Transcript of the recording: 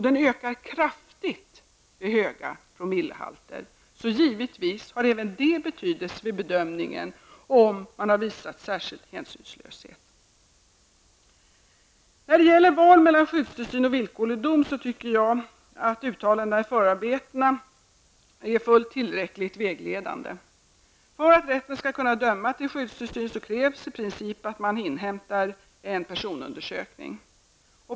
Den ökar kraftigt vid högre promillehalter. Givetvis har även det betydelse vid bedömningen om man har visat särskild hänsynslöshet. När det gäller val mellan skyddstillsyn och villkorlig dom tycker jag att uttalandena i förarbetena är fullt tillräckligt vägledande. För att rätten skall kunna döma till skyddstillsyn krävs i princip att man gör en personundersökning.